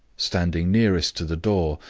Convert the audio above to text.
standing nearest to the door,